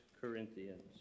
Corinthians